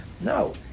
no